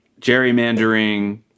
gerrymandering